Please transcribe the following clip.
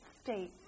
state